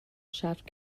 shaft